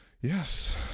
Yes